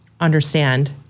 understand